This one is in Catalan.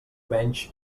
menys